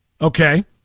Okay